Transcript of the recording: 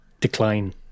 Decline